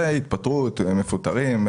התפטרות, מפוטרים.